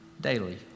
daily